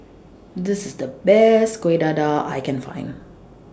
This IS The Best Kuih Dadar I Can Find